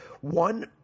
One